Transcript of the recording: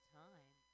time